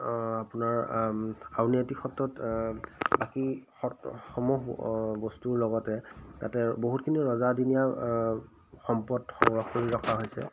আপোনাৰ আউনীয়তী সত্ৰত বাকী সত্ৰসমূহ বস্তুৰ লগতে তাতে বহুতখিনি ৰজা দিনীয়া সম্পদ সংগ্ৰহ কৰি ৰখা হৈছে